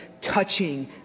touching